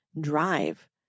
drive